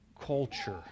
culture